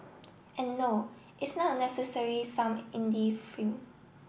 and no it's not necessary some Indie film